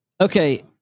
Okay